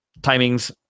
timings